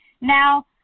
Now